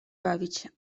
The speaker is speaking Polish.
bawić